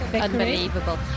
unbelievable